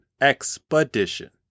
Expedition